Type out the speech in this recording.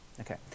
Okay